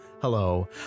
Hello